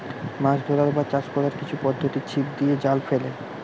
মাছ ধরার বা চাষ কোরার কিছু পদ্ধোতি ছিপ দিয়ে, জাল ফেলে